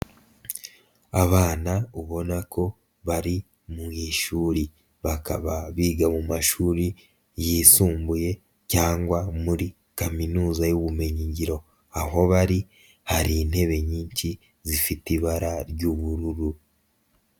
Abana ubona ko bari mu ishuri bakaba biga mu mashuri yisumbuye cyangwa muri kaminuza y'ubumenyingiro, aho bari hari intebe nyinshi zifite ibara ry'ubururu.